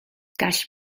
gall